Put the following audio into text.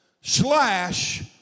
slash